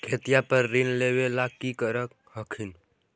खेतिया पर ऋण लेबे ला की कर हखिन?